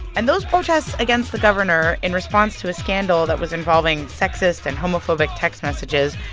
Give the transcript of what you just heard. and those protests against the governor in response to a scandal that was involving sexist and homophobic text messages,